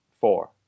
four